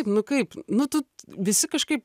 nu kaip nu tu visi kažkaip